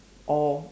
oh